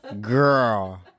Girl